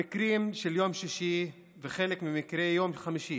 המקרים של יום שישי וחלק ממקרי יום חמישי